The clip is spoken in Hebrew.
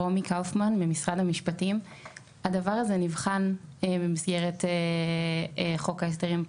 הדבר הזה נבחן במסגרת חוק ההסדרים,